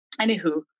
anywho